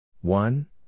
One